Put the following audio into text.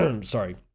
sorry